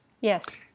Yes